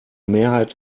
mehrheit